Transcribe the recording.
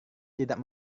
tidak